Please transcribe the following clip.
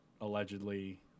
allegedly